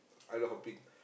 island hopping